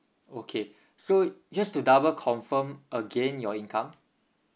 okay so just to double confirm again your income